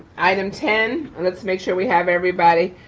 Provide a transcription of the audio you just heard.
item ten and let's make sure we have everybody.